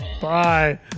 bye